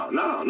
no